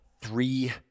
three